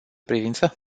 privință